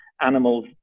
animals